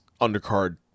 undercard